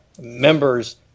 members